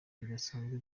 bidasanzwe